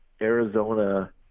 Arizona